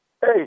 hey